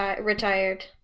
retired